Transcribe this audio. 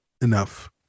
enough